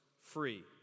free